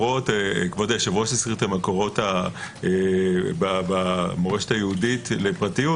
כבוד היושב-ראש הזכיר את המקורות במורשת היהודית לפרטיות.